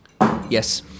Yes